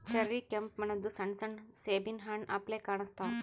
cherry ಕೆಂಪ್ ಬಣ್ಣದ್ ಸಣ್ಣ ಸಣ್ಣು ಸೇಬಿನ್ ಹಣ್ಣ್ ಅಪ್ಲೆ ಕಾಣಸ್ತಾವ್